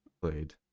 played